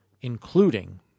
including